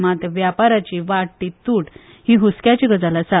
मात व्यापाराची वाडटी तूट ही हस्क्याची गजाल आसा